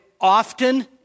often